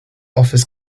offers